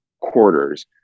quarters